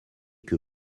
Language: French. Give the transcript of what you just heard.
que